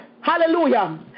hallelujah